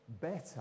better